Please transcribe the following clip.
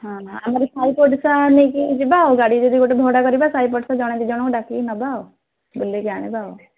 ହଁ ଆମର ସାହି ପଡ଼ିଶା ନେଇକି ଯିବା ଆଉ ଗାଡ଼ି ଯଦି ଗୋଟେ ଭଡ଼ା କରିବା ସାଇ ପଡ଼ିଶା ଜଣେ ଦୁଇଜଣଙ୍କୁ ଡାକି କି ନେବା ଆଉ ବୁଲାଇକି ଆଣିବା ଆଉ